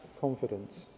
confidence